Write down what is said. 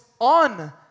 on